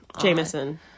Jameson